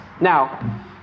Now